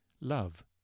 love